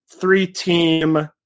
three-team